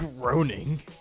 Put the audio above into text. groaning